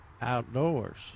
outdoors